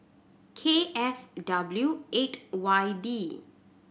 K F W eight Y D